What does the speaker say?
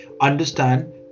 understand